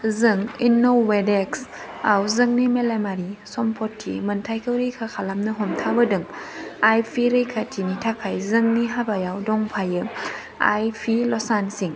जों इन'वेडेक्सआव जोंनि मेलेमारि सम्पति मोनथाइखौ रैखा खालामनो हमथाबोदों आइपि रैखाथिनि थाखाय जोंनि हाबायाव दंफायो आइपि लसान सिं